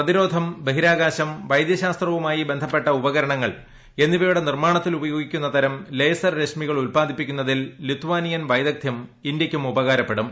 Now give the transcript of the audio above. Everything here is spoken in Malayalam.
പ്രതിരോധം ബഹിരാകാശം വൈദ്യശാസ്ത്രവുമായി ബന്ധപ്പെട്ട ഉപകരണങ്ങൾ എന്നിവയുടെ നിർമ്മാണത്തിൽ ഉപയോഗിക്കുന്ന തരം ലേസർ രശ്മികൾ ഉല്പാദിപ്പിക്കുന്നതിൽ ലിത്വാനിയൻ വൈദഗ്ധ്യം ഇന്ത്യയ്ക്കും ഉപകാരപ്പെടും